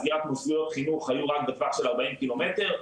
סגירת מוסדות חינוך היו רק בטווח של ארבעים קילומטר,